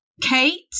Kate